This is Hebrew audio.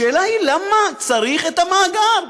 השאלה היא למה צריך את המאגר?